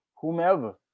whomever